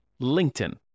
LinkedIn